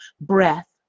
breath